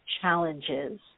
challenges